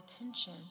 attention